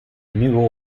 new